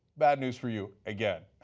bad news for you again,